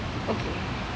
okay